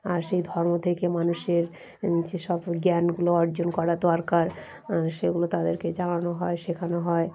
আর সেই ধর্ম থেকে মানুষের যে সব জ্ঞানগুলো অর্জন করা দরকার সেগুলো তাদেরকে জানানো হয় শেখানো হয়